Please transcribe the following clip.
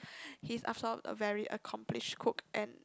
he's also a very accomplished cook and